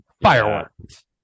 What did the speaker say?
fireworks